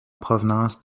provenance